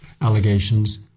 allegations